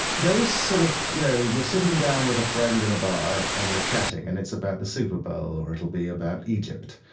those sort of you know, you're sitting down with a friend in a bar and you're chatting and it's about the super bowl or it'll be about egypt.